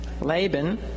Laban